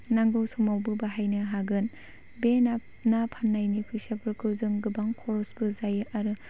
नांगौ समावबो बाहायनो हागोन बे ना फाननायनि फैसाफोरखौ जों गोबां खरसबो जायो आरो